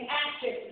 action